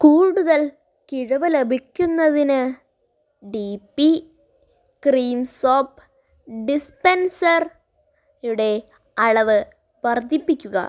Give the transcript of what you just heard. കൂടുതൽ കിഴവ് ലഭിക്കുന്നതിന് ഡി പി ക്രീം സോപ്പ് ഡിസ്പെൻസറിൻ്റെ അളവ് വർദ്ധിപ്പിക്കുക